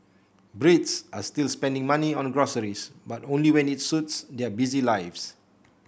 Brits are still spending money on groceries but only when it suits their busy lives